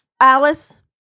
Alice